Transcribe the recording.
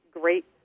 great